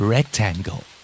Rectangle